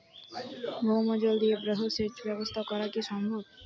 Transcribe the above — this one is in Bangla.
ভৌমজল দিয়ে বৃহৎ সেচ ব্যবস্থা করা কি সম্ভব?